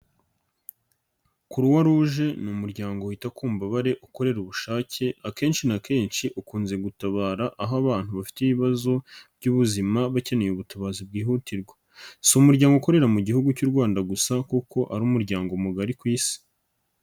Croix rouge ni umuryango wita ku mbabare ukorera ubushake, akenshi na kenshi ukunze gutabara aho abantu bafite ibibazo by'ubuzima bakeneye ubutabazi bwihutirwa, si umuryango ukorera mu Gihugu cy'u Rwanda gusa kuko ari umuryango mugari ku Isi.